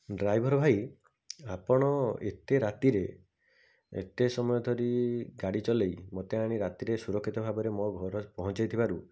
driver ଭାଇ ଆପଣ ଏତେ ରାତିରେ ଏତେ ସମୟ ଧରି ଗାଡ଼ି ଚଲେଇ ମତେ ଆଣି ରାତିରେ ସୁରକ୍ଷିତ ଭାବରେ ମୋ ଘରେ ପହଞ୍ଚେଇ ଥିବାରୁ